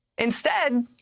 instead,